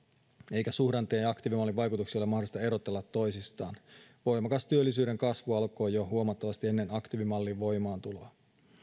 eikä suhdanteen ja aktiivimallin vaikutuksia ole mahdollista erotella toisistaan voimakas työllisyyden kasvu alkoi jo huomattavasti ennen aktiivimallin voimaantuloa